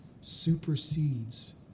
supersedes